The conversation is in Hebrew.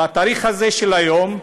בתאריך הזה של היום,